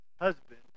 husband